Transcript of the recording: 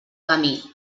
camí